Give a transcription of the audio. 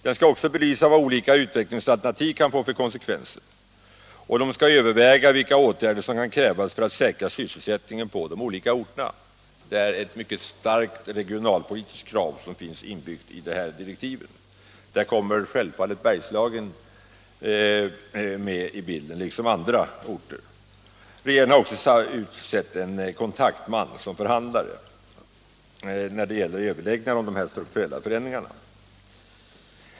Den skall också belysa vad olika utvecklingsalternativ kan få för konsekvenser och överväga, vilka åtgärder som kan räknas för att säkra sysselsättningen på olika orter. Det ligger mycket starka regionalpolitiska motiv bakom dessa direktiv. Där kommer självfallet Bergslagen tillsammans med andra utsatta områden med i bilden. Regeringen har också utsett en kontaktman för förhandlingar om strukturella förändringar.